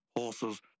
horses